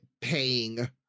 paying